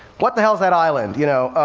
what the hell's that island? you know,